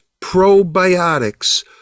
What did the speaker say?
probiotics